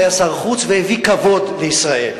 שהיה שר חוץ והביא כבוד לישראל.